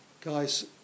guys